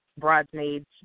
Bridesmaids